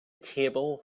table